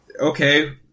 okay